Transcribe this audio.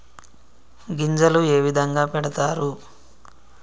గింజలు ఏ విధంగా పెడతారు?